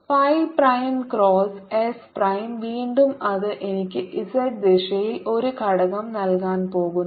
phi prime cross S prime വീണ്ടും അത് എനിക്ക് z ദിശയിൽ ഒരു ഘടകം നൽകാൻ പോകുന്നു